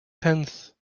tenth